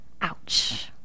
Ouch